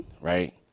right